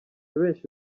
benshi